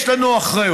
יש לנו אחריות.